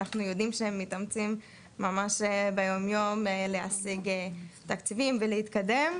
אנחנו יודעים שהם מתאמצים ממש ביום-יום להשיג תקציבים ולהתקדם.